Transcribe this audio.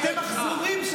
שני מחזורים,